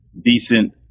decent